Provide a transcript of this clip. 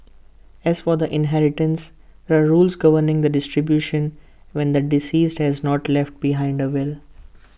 as for the inheritance there are rules governing the distribution when the deceased has not left behind A will